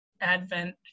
Advent